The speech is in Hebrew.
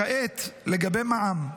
כעת לגבי מע"מ.